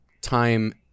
time